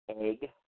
egg